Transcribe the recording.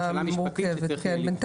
זו שאלה משפטית שצריך לבחון אותה.